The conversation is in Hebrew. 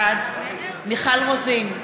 בעד מיכל רוזין,